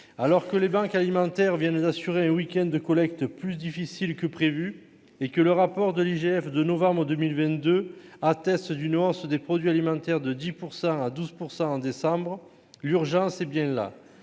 alors que les banques alimentaires d'assurer le week-end de collecte plus difficile que prévu et que le rapport de l'IGF de novembre 2022 attestent d'une hausse des produits alimentaires de 10 % à 12 % en décembre, l'urgence est bien là,